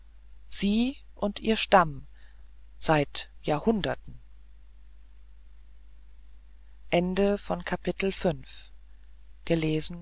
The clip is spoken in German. sie und ihr stamm seit jahrhunderten